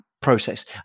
process